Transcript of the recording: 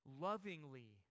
lovingly